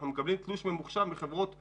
אנחנו מקבלים תלוש ממוחשב מחברות תוכנה,